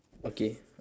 okay